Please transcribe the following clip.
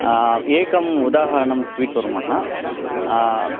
एकम् उदाहरणं स्वीकुर्मः